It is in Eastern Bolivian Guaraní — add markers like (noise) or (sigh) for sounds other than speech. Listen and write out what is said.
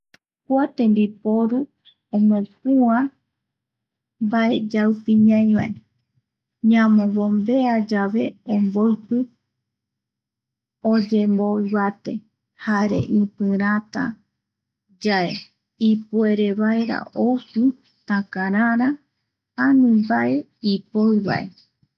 Kua tembiporu (noise) omopua mbae yaupi ñaïvae ,vyamo bombea (noise) yave (noise) obmoipi (noise) oyemo ivate jare ipiratayae ipuere vaera (noise) oupi takarara (noise) ani (noise) mbae (noise) ipoi vae.